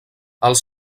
els